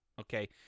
Okay